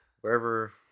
Wherever